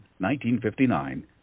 1959